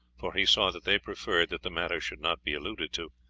for he saw that they preferred that the matter should not be alluded to,